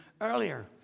earlier